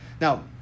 Now